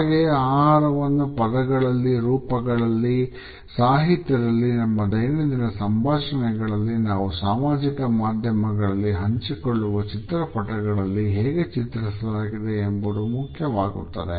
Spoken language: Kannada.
ಹಾಗೆಯೇ ಆಹಾರವನ್ನು ಪದಗಳಲ್ಲಿ ರೂಪಕಗಳಲ್ಲಿ ಸಾಹಿತ್ಯದಲ್ಲಿ ನಮ್ಮ ದೈನಂದಿನ ಸಂಭಾಷಣೆಗಳಲ್ಲಿ ನಾವು ಸಾಮಾಜಿಕ ಮಾಧ್ಯಮಗಳಲ್ಲಿ ಹಂಚಿಕೊಳ್ಳುವ ಚಿತ್ರಪಟಗಳಲ್ಲಿ ಹೇಗೆ ಚಿತ್ರಿಸಲಾಗಿದೆ ಎಂಬುದು ಮುಖ್ಯವಾಗುತ್ತದೆ